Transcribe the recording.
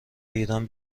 ایران